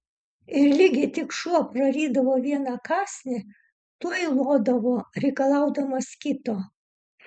ir ligi tik šuo prarydavo vieną kąsnį tuoj lodavo reikalaudamas kito